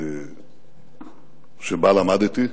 שבה למדתי,